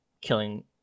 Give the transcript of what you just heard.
killing